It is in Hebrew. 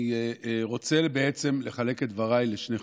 אני רוצה בעצם לחלק את דבריי לשני חלקים.